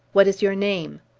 what is your name?